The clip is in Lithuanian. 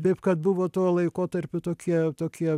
taip kad buvo tuo laikotarpiu tokie tokie